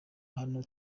hano